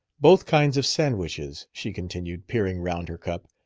both kinds of sandwiches, she continued, peering round her cup.